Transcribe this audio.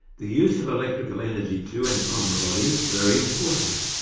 the use of electrical energy to and from the body is very important.